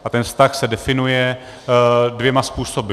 A ten vztah se definuje dvěma způsoby.